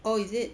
oh is it